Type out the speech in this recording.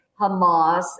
Hamas